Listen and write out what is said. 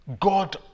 god